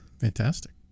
Fantastic